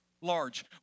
large